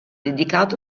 dedicato